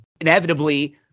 inevitably